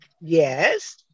Yes